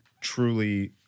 truly